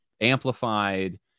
amplified